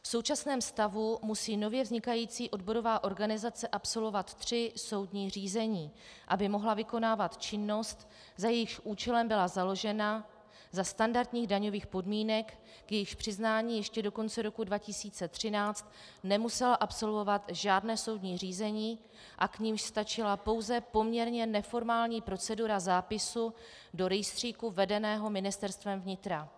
V současném stavu musí nově vznikající odborová organizace absolvovat tři soudní řízení, aby mohla vykonávat činnost, za jejímž účelem byla založena, za standardních daňových podmínek, k jejichž přiznání ještě do konce roku 2013 nemusela absolvovat žádné soudní řízení a k nimž stačila pouze poměrně neformální procedura zápisu do rejstříku vedeného Ministerstvem vnitra.